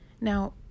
Now